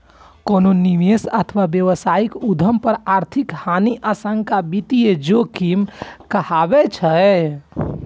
कोनो निवेश अथवा व्यावसायिक उद्यम पर आर्थिक हानिक आशंका वित्तीय जोखिम कहाबै छै